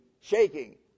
shaking